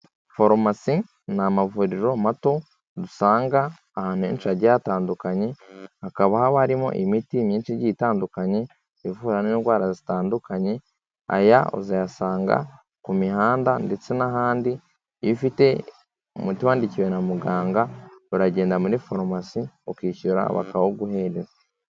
Forumasi ni amavuriro mato dusanga ahantu henshi hagiye hatandukanye, hakaba haba harimo imiti myinshi igiye itandukanye, ivura n'indwara zitandukanye, aya uzayasanga ku mihanda ndetse n'ahandi, iyo ufite umuti wandikiwe na muganga, uragenda muri forumasi, ukishyura bakawuguhereza.